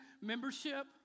membership